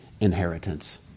inheritance